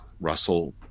Russell